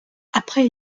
après